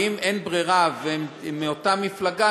ואם אין ברירה והם מאותה מפלגה,